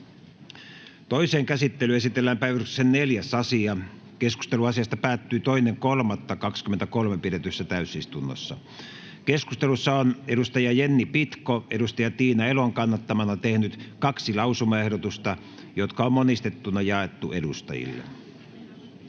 Toiseen käsittelyyn esitellään päiväjärjestyksen 4. asia. Keskustelu asiasta päättyi 2.3.2023 pidetyssä täysistunnossa. Keskustelussa on Jenni Pitko Tiina Elon kannattamana tehnyt kaksi lausumaehdotusta, jotka on monistettuna jaettu edustajille.